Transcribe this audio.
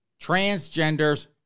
transgenders